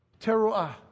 teruah